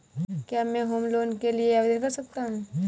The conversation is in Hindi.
क्या मैं होम लोंन के लिए आवेदन कर सकता हूं?